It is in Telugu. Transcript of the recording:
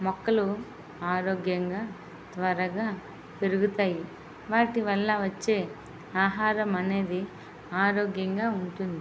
మొక్కలు ఆరోగ్యంగా త్వరగా పెరుగుతాయి వాటివల్ల వచ్చే ఆహారం అనేది ఆరోగ్యంగా ఉంటుంది